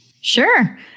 Sure